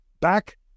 back